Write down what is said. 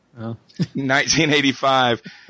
1985